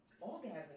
orgasm